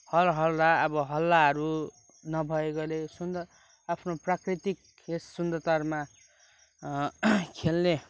हर हल्ला अब हल्लाहरू नभएकोले सुन्दर आफ्नो प्राकृतिक यस सुन्दरतामा खेल्ने